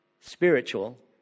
spiritual